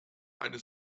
eine